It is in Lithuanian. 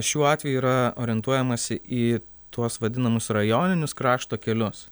šiuo atveju yra orientuojamasi į tuos vadinamus rajoninius krašto kelius